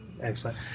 Excellent